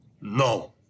No